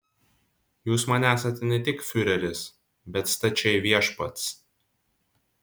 jūs man esate ne tik fiureris bet stačiai viešpats